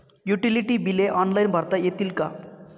Utility बिले online भरता येतील का?